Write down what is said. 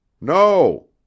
No